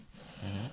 mmhmm